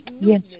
Yes